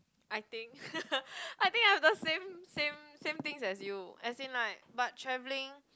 I think I think I have the same same same things as you as in like but travelling